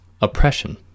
oppression